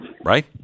Right